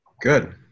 Good